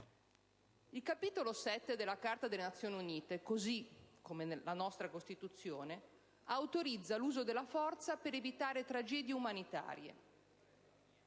Il capitolo 7 della Carta delle Nazioni Unite, così come la nostra Costituzione, autorizza l'uso della forza per evitare tragedie umanitarie;